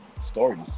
Stories